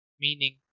Meaning